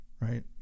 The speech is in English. right